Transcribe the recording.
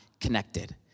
Connected